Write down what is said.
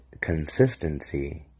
Consistency